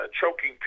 choking